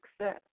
success